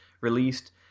released